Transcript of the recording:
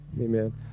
Amen